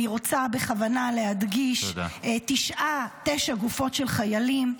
אני רוצה בכוונה להדגיש, תשע גופות של חיילים.